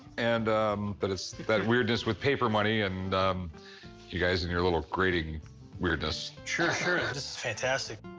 and but it's that weirdness with paper money and you guys and your little grading weirdness. sure, sure. this is fantastic.